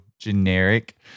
generic